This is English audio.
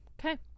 Okay